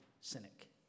cynic